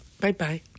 Bye-bye